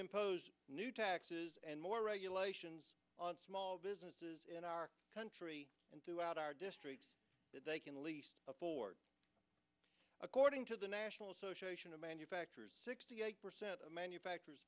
impose new taxes and more regulations on small businesses in our country and throughout our that they can least afford according to the national association of manufacturers sixty eight percent of manufacturers